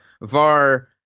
var